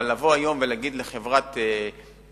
אבל לבוא היום ולומר לחברת מרכזיות: